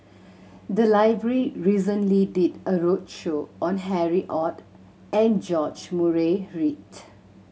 the library recently did a roadshow on Harry Ord and George Murray Reith